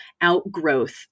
outgrowth